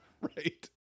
Right